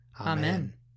Amen